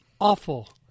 awful